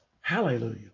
Hallelujah